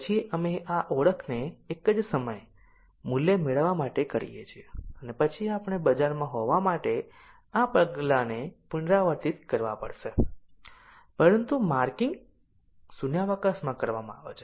પછી અમે આ ઓળખને એક જ સમયે મૂલ્ય મેળવવા માટે કરીએ છીએ અને પછી આપણે બજારમાં હોવા માટે આ પગલાંને પુનરાવર્તિત કરવા પડશે પરંતુ માર્કિંગ શૂન્યાવકાશમાં કરવામાં આવે છે